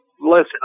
Listen